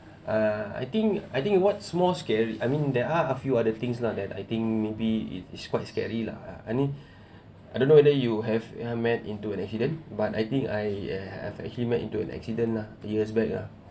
uh I think I think what's more scary I mean there are a few other things lah that I think maybe it's it's quite scary lah I mean I don't know whether you have have met into an accident but I think I have actually met into an accident lah few years back ah